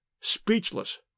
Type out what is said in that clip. speechless